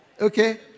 Okay